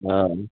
लऽ आनु